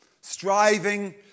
striving